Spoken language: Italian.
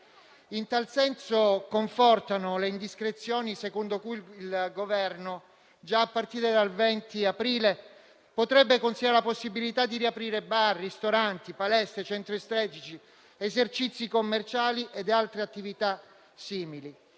in tal senso le indiscrezioni secondo cui il Governo, già a partire dal 20 aprile, potrebbe considerare la possibilità di riaprire bar, ristoranti, palestre, centri estetici, esercizi commerciali e altre attività simili.